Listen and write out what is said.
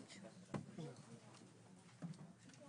הישיבה